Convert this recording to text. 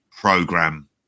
program